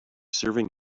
serving